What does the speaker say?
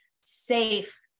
safe